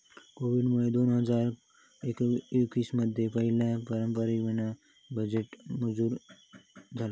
कोविडमुळे दोन हजार एकवीस मध्ये पहिला पेपरावीना बजेट मंजूर झाला